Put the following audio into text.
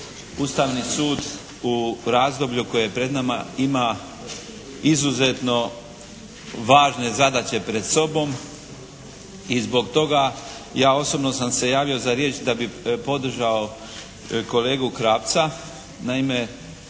Ustavni sud u razdoblju koje je pred nama, ima izuzetno važne zadaće pred sobom i zbog toga ja osobno sam se javio za riječ da bi podržao kolegu Krapca. Naime